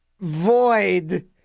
void